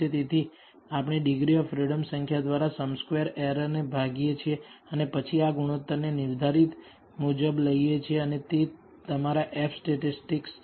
તેથી આપણે degree of freedom સંખ્યા દ્વારા સમ સ્ક્વેર એરરને ભાગ્યે છીએ અને પછી આ ગુણોત્તરને નિર્ધારિત મુજબ લઈએ છીએ અને તે તમારા F સ્ટેટિસ્ટિક છે